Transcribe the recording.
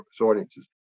audiences